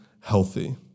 healthy